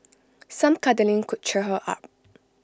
some cuddling could cheer her up